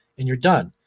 and you're done.